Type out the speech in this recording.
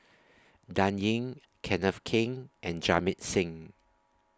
Dan Ying Kenneth Keng and Jamit Singh